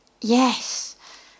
Yes